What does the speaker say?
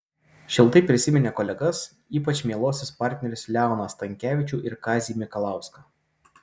šiltai prisiminė kolegas ypač mieluosius partnerius leoną stankevičių ir kazį mikalauską